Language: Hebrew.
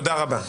תודה רבה.